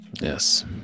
yes